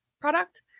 product